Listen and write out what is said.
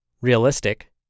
realistic